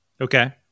Okay